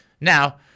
Now